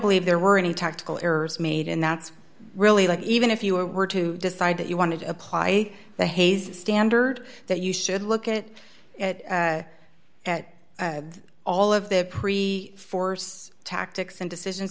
believe there were any tactical errors made and that's really like even if you were to decide that you want to apply the hayes standard that you should look at it at all of the pre force tactics and decisions